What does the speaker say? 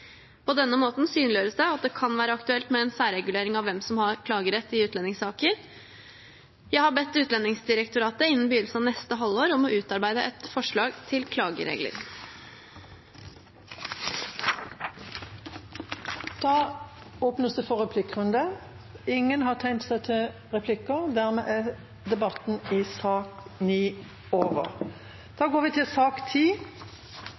På denne måten synliggjøres det at det kan være aktuelt med en særregulering av hvem som har klagerett i utlendingssaker. Jeg har bedt Utlendingsdirektoratet om innen begynnelsen av neste halvår å utarbeide et forslag til klageregler. Flere har ikke bedt om ordet til sak nr. 9. Etter ønske fra justiskomiteen vil presidenten ordne debatten